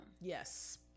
Yes